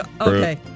okay